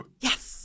Yes